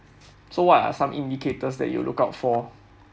so what are some indicators that you look up for